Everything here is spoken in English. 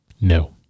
No